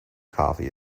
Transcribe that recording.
coffee